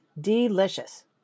Delicious